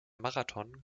marathon